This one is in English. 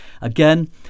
again